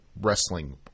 wrestling